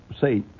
say